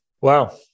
wow